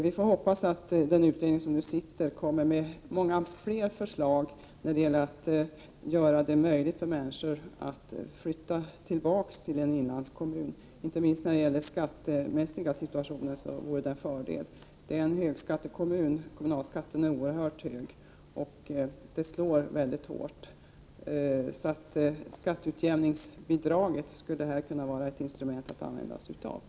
Vi får hoppas att den pågående utredningen kommer att lägga fram många fler förslag när det gäller att göra det möjligt för människor att flytta tillbaka till en inlandskommun. Inte minst i fråga om den skattemässiga situationen vore det en fördel. Sorsele är en högskattekommun, vilket slår mycket hårt. Skatteutjämningsbidraget skulle i detta sammanhang kunna vara ett instrument.